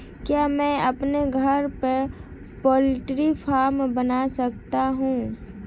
क्या मैं अपने घर पर पोल्ट्री फार्म बना सकता हूँ?